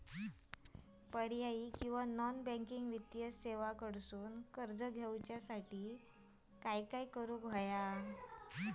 पर्यायी किंवा non banking वित्तीय सेवा कडसून कर्ज घेऊच्या खाती काय करुक होया?